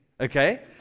okay